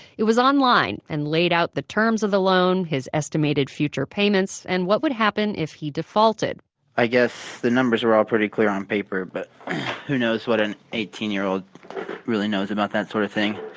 it was online, and laid out the terms of the loan, his estimated future payments and what would happen if he defaulted i guess the numbers were all pretty clear on paper, but who knows what an eighteen year old really knows about that sort of thing?